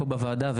בוועדה,